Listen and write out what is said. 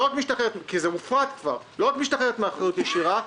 היא לא רק משתחררת מאחריות ישירה,